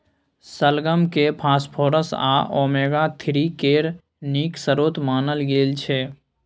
शलगम केँ फास्फोरस आ ओमेगा थ्री केर नीक स्रोत मानल गेल छै